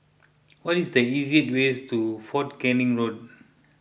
what is the easiest way to fort Canning Road